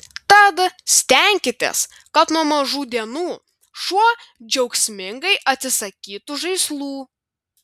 tad stenkitės kad nuo mažų dienų šuo džiaugsmingai atsisakytų žaislų